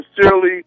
sincerely